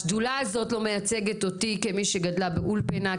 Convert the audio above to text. השדולה הזאת לא מייצגת אותי כמי שגדלה באולפנה,